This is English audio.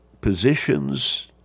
positions